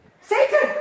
Satan